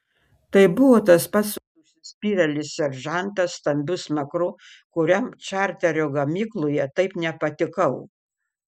tai buvo tas pats užsispyrėlis seržantas stambiu smakru kuriam čarterio gamykloje taip nepatikau